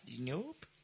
Nope